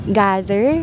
gather